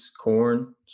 corn